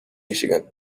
michigan